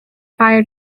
fire